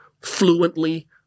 fluently